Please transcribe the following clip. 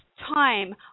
time